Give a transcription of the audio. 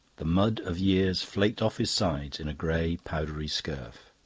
the mud of years flaked off his sides in a grey powdery scurf.